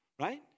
right